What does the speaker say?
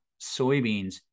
soybeans